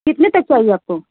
कितने तक चाहिए आपको